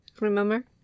Remember